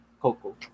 Coco